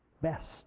Best